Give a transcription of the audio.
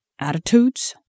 attitudes